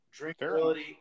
Drinkability